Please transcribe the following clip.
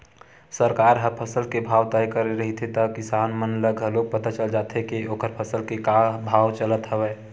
सरकार ह फसल के भाव तय करे रहिथे त किसान मन ल घलोक पता चल जाथे के ओखर फसल के का भाव चलत हवय